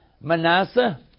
Manasseh